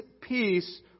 peace